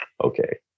okay